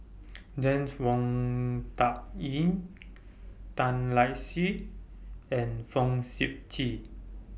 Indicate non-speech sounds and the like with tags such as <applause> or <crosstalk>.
<noise> James Wong Tuck Yim Tan Lark Sye and Fong Sip Chee